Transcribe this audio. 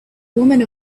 woman